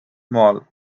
mall